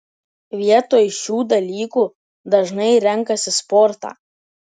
vietoj šių dalykų dažnai renkasi sportą